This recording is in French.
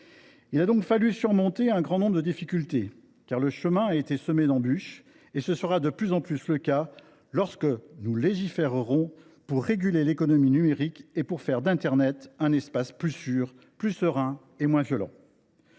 Il a donc fallu surmonter un grand nombre de difficultés. Le chemin a été semé d’embûches. Ce sera d’ailleurs de plus en plus le cas lorsque nous légiférerons afin de réguler l’économie numérique, pour faire d’internet un espace plus sûr, plus serein et moins violent.